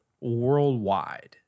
worldwide